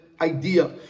idea